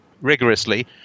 rigorously –